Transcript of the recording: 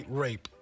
rape